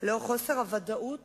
לנוכח חוסר הוודאות